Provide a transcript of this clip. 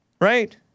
Right